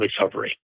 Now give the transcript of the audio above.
recovery